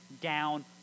down